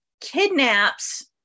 kidnaps